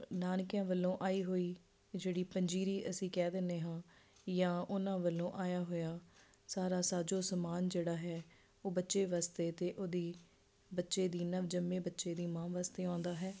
ਨਾਨਕਿਆਂ ਵੱਲੋਂ ਆਈ ਹੋਈ ਜਿਹੜੀ ਪੰਜੀਰੀ ਅਸੀਂ ਕਹਿ ਦਿੰਦੇ ਹਾਂ ਜਾਂ ਉਨ੍ਹਾਂ ਵੱਲੋਂ ਆਇਆ ਹੋਇਆ ਸਾਰਾ ਸਾਜੋ ਸਮਾਨ ਜਿਹੜਾ ਹੈ ਉਹ ਬੱਚੇ ਵਾਸਤੇ ਅਤੇ ਉਹਦੀ ਬੱਚੇ ਦੀ ਨਵ ਜੰਮੇ ਬੱਚੇ ਦੀ ਮਾਂ ਵਾਸਤੇ ਆਉਂਦਾ ਹੈ